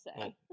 say